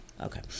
Okay